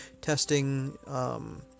testing